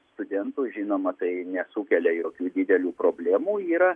studentų žinoma tai nesukelia jokių didelių problemų yra